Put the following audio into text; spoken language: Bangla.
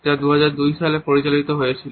যা 2002 সালে পরিচালিত হয়েছিল